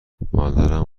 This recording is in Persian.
مادرم